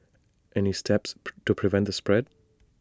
any steps to prevent the spread